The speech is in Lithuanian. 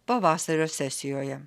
pavasario sesijoje